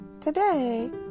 Today